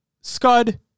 scud